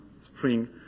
spring